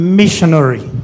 missionary